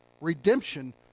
Redemption